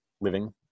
living